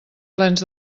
plens